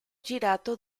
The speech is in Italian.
girato